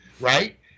right